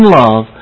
love